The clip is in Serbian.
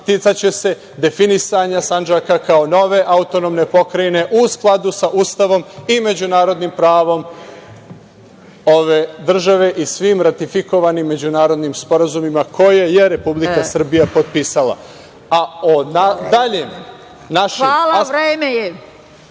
Hvala. Vreme je.